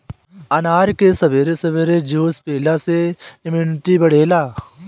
अनार के सबेरे सबेरे जूस पियला से इमुनिटी बढ़ेला